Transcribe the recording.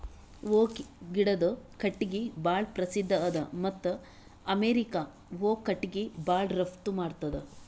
oak ಗಿಡದು ಕಟ್ಟಿಗಿ ಭಾಳ್ ಪ್ರಸಿದ್ಧ ಅದ ಮತ್ತ್ ಅಮೇರಿಕಾ ಓಕ್ ಕಟ್ಟಿಗಿ ಭಾಳ್ ರಫ್ತು ಮಾಡ್ತದ್